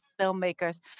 filmmakers